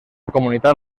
comunitat